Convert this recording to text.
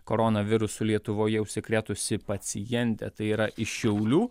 koronavirusu lietuvoje užsikrėtusi pacientė tai yra iš šiaulių